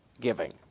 giving